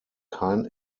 kein